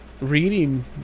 reading